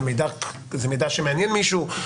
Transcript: זה מידע שמעניין מישהו?